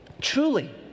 truly